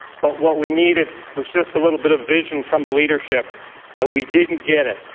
but what we needed was just a little bit of vision from the leadership and we didn't get it.